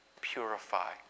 purify